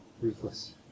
ruthless